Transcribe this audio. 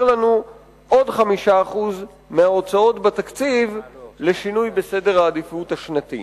לנו עוד 5% מההוצאות בתקציב לשינוי בסדר העדיפות השנתית".